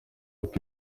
uko